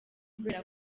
kubera